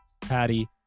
Patty